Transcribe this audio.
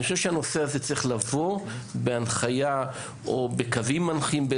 אני חושב שהנושא הזה צריך לבוא בקווים מנחים,